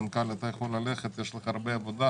המנכ"ל, אתה יכול ללכת, יש לך הרבה עבודה.